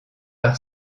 par